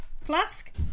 flask